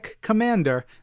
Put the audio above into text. Commander